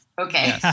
Okay